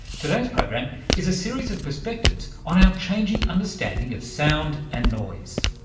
today's program is a series of perspectives on our changing understanding of sound and noise.